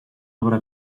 obra